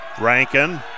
Rankin